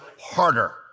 harder